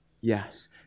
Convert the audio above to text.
Yes